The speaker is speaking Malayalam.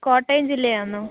കോട്ടയം ജില്ല ആണോ